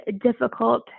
difficult